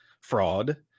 fraud